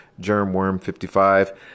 germworm55